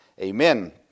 Amen